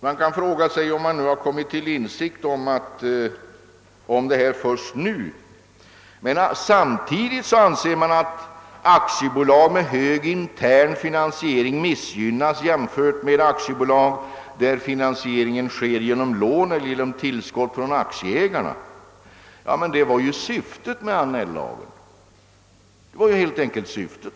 Man kan fråga sig, om de har kommit till insikt om detta först nu. Samtidigt anser de att aktiebolag med hög intern finansiering missgynnas i jämförelse med aktiebolag där finansiering sker genom lån eller genom tillskott från aktieägarna. Ja, men detta var ju syftet med Annell-lagen.